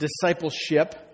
discipleship